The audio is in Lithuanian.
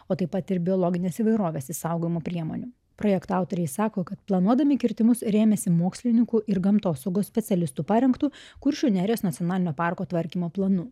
o taip pat ir biologinės įvairovės išsaugojimo priemonių projekto autoriai sako kad planuodami kirtimus rėmėsi mokslininkų ir gamtosaugos specialistų parengtu kuršių nerijos nacionalinio parko tvarkymo planu